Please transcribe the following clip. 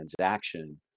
transaction